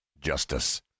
justice